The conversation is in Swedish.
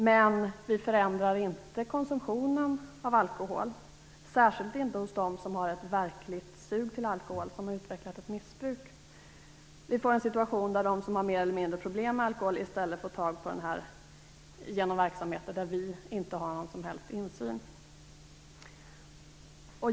Men vi förändrar inte konsumtionen av alkohol, särskilt inte bland dem som har ett verkligt sug efter alkohol, som alltså utvecklat ett missbruk. Vi får en situation där de som mer eller mindre har problem med alkohol i stället får tag i alkohol via verksamheter där vi inte har någon som helst insyn.